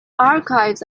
archives